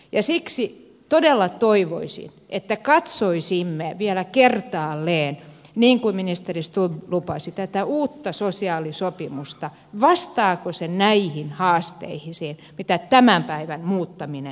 siksi todella toivoisin että katsoisimme vielä kertaalleen niin kuin ministeri stubb lupasi tätä uutta sosiaalisopimusta vastaako se näihin haasteisiin mitä tämän päivän muuttaminen tarkoittaa